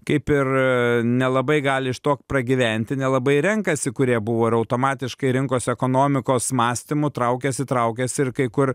kaip ir nelabai gali iš to pragyventi nelabai renkasi kurie buvo ir automatiškai rinkos ekonomikos mąstymu traukiasi traukiasi ir kai kur